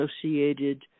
associated